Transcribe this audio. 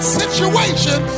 situation